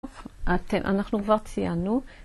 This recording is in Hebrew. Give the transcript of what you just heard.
אנחנו כבר ציינו.